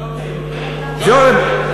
ג'ובים, ג'ובים.